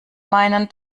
meinen